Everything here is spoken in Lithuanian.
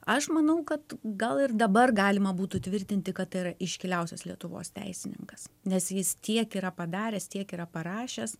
aš manau kad gal ir dabar galima būtų tvirtinti kad tai yra iškiliausias lietuvos teisininkas nes jis tiek yra padaręs tiek yra parašęs